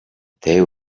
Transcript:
they